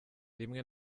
rimwe